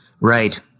Right